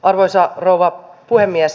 arvoisa rouva puhemies